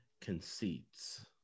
conceits